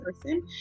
person